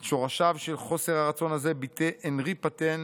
את שורשיו של חוסר הרצון הזה ביטא אנרי פטן,